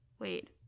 wait